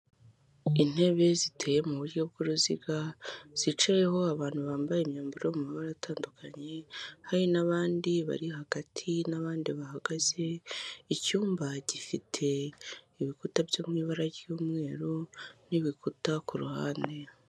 Intebe ziteye mu buryo bw'uruziga, zicayeho abantu bambaye imyambaro mu mabara atandukanye, hari n'abandi bari hagati n'abandi bahagaze, icyumba gifite ibikuta byo mu ibara ry'umweru n'ibikuta ku ruhande.